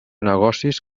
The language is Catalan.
negocis